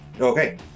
Okay